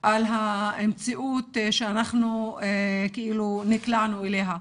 על המציאות שאנחנו נקלענו אליה.